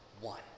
one